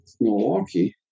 Milwaukee